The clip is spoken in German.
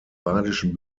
badischen